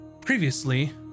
previously